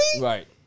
Right